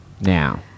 now